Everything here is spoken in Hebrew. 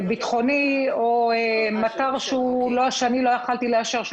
ביטחוני או --- שאני לא יכולתי לאשר,